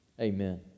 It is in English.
Amen